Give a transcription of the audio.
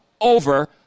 over